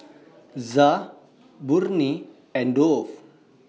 Za Burnie and Dove